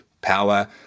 power